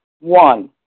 one